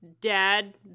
dad